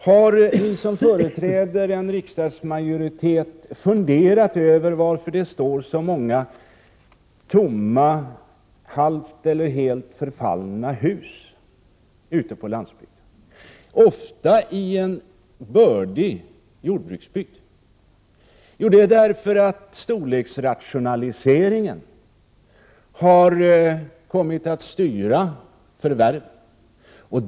Har de som företräder en riksdagsmajoritet funderat över varför det står så många tomma, halvt eller helt förfallna hus ute på landsbygden, ofta i en bördig jordbruksbygd? Jo, det är därför att storleksrationaliseringen har kommit att styra förvärven.